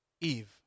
Eve